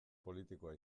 politikoa